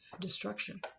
destruction